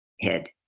head